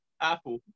Apple